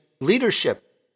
leadership